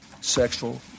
sexual